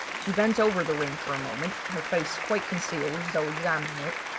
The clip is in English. she bent over the ring for a moment, her face quite concealed as though examining it.